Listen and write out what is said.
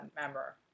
member